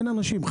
כן.